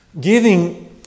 Giving